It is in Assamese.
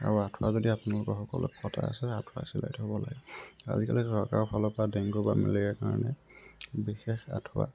আৰু আঁঠুৱা যদি আপোনালোকৰ সকলোৰে ঘৰত আছে আঁঠুৱা চিলাই থব লাগে আজিকালি চৰকাৰৰ ফালৰ পৰা ডেংগু বা মেলেৰিয়াৰ কাৰণে বিশেষ আঁঠুৱা